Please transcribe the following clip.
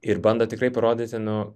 ir bando tikrai parodyti nu